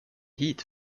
hit